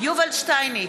יובל שטייניץ,